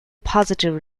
positive